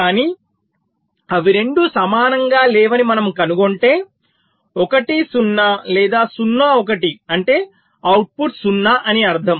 కానీ అవి రెండూ సమానంగా లేవని మనము కనుగొంటే 1 0 లేదా 0 1 అంటే అవుట్పుట్ 0 అని అర్ధం